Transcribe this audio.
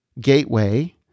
gateway